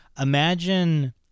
Imagine